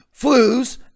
flus